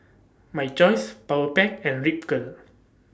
My Choice Powerpac and Ripcurl